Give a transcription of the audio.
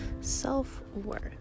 self-worth